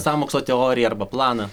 sąmokslo teoriją arba planą